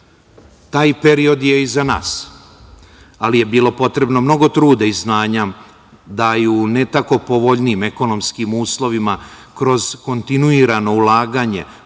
period je iza nas, ali je bilo potrebno mnogo truda i znanja da i u ne tako povoljnijim ekonomskim uslovima, kroz kontinuirano ulaganje,